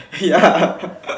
ya